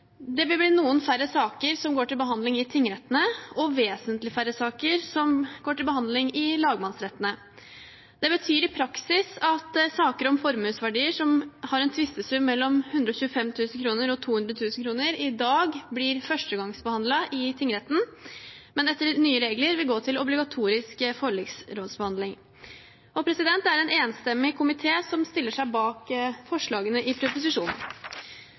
Det vil bli noen færre saker som går til behandling i tingrettene, og vesentlig færre saker som går til behandling i lagmannsrettene. Det betyr i praksis at saker om formuesverdier som har en tvistesum på mellom 125 000 og 200 000 kr, som i dag blir førstegangsbehandlet i tingretten, etter de nye reglene vil gå til obligatorisk forliksrådsbehandling. Det er en enstemmig komité som stiller seg bak forslagene i proposisjonen.